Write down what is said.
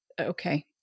okay